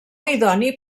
idoni